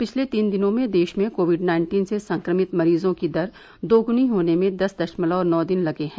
पिछले तीन दिनों में देश में कोविड नाइन्टीन से संक्रमित मरीजों की दर दोग्नी होने में दस दशमलव नौ दिन लगे हैं